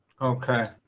okay